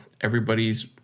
everybody's